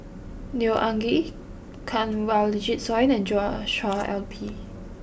Neo Anngee Kanwaljit Soin and Joshua I P